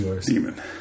demon